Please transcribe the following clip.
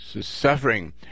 suffering